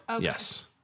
Yes